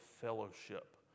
fellowship